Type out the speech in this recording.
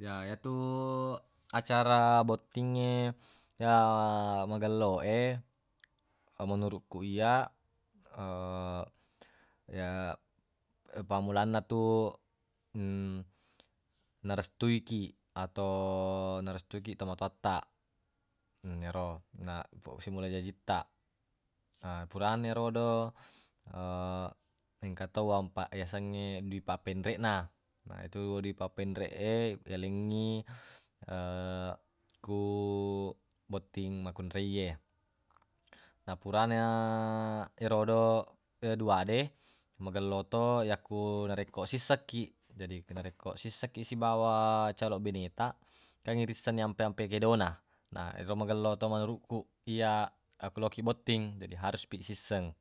ya yetu acara bottingnge ya magello e menuruq ku iyya pammulanna tu narestui kiq atau narestui kiq tomatowattaq yero na to simulajajitta na purana erodo engka to uang pa- yasengnge dui pappenreqna yetu dui pappenreq e yalengngi ku botting makkunreiye na purana erodo dua de magello to yakku narekko sissekkiq jadi narekko sissekkiq sibawa calong bine taq kan irissenni ampe-ampe kedona na ero magello to menuruq ku iyya akku loki botting jadi harus pi sisseng